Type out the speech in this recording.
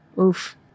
Oof